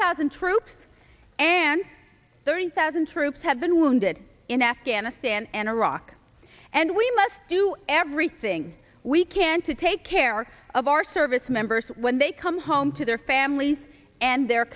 thousand troops and thirty thousand troops have been wounded in afghan dan and iraq and we must do everything we can to take care of our servicemembers when they come home to their families and their